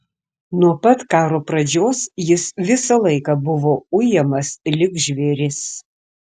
nuo pat karo pradžios jis visą laiką buvo ujamas lyg žvėris